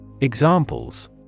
Examples